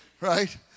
Right